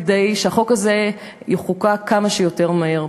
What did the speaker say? כדי שהחוק הזה יחוקק כמה שיותר מהר.